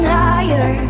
higher